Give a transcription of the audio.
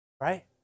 right